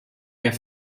der